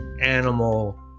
animal